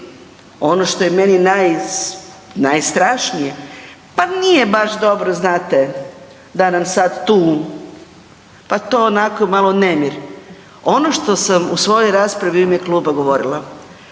ono što je meni najstrašnije pa nije baš dobro znate da nam sad tu, pa to onako malo nemir. Ono što sam u svojoj raspravi u ime kluba govorila,